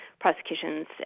prosecutions